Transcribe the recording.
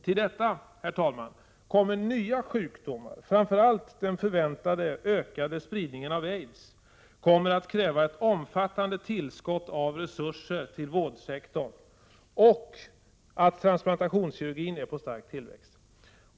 Till detta, herr talman, kommer att nya sjukdomar, framför allt den förväntade ökade spridningen av aids, kommer att kräva ett omfattande tillskott av resurser till vårdsektorn och att transplantationskirurgin är på stark tillväxt.